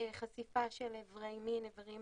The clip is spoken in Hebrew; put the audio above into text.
חשיפה של איברי מין, איברים